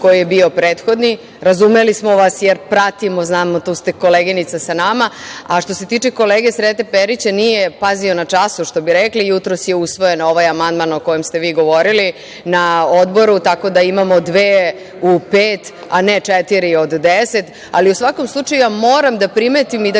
koji je bio prethodni. Razumeli smo vas jer pratimo. Znamo, tu ste koleginica sa nama. Što se tiče kolege Srete Perića, nije pazio na času, što bi rekli, jutros je usvojen ovaj amandman o kojem ste vi govorili na Odboru tako da imamo dve u pet, a ne četiri od deset.U svakom slučaju moram da primetim i